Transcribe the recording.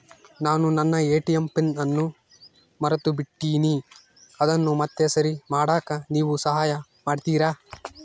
ನಾನು ನನ್ನ ATM PIN ಅನ್ನು ಮರೆತುಬಿಟ್ಟೇನಿ ಅದನ್ನು ಮತ್ತೆ ಸರಿ ಮಾಡಾಕ ನೇವು ಸಹಾಯ ಮಾಡ್ತಿರಾ?